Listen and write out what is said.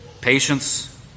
patience